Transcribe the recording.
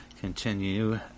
continue